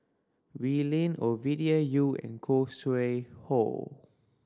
Wee Lin Ovidia Yu and Khoo Sui Hoe